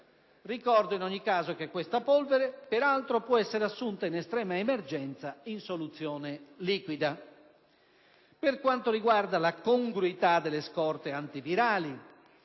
Ricordo, in ogni caso, che questa polvere peraltro può essere assunta, in estrema emergenza, in soluzione liquida. Per quanto riguarda la congruità delle scorte antivirali,